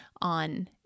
on